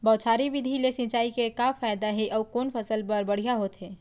बौछारी विधि ले सिंचाई के का फायदा हे अऊ कोन फसल बर बढ़िया होथे?